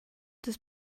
des